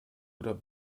oder